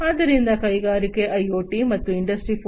ಆದ್ದರಿಂದ ಕೈಗಾರಿಕಾ ಐಒಟಿ ಅಥವಾ ಇಂಡಸ್ಟ್ರಿ 4